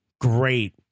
great